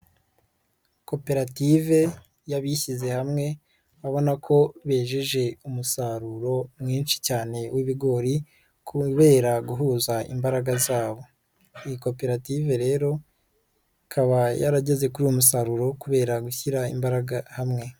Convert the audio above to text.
Koperative y'abishyize hamwe, urabona ko bejeje umusaruro mwinshi cyane w'ibigori kubera guhuza imbaraga zabo, iyi koperative rero ikaba yarageze kuri uyu musaruro kubera gushyira imbaraga hamwe.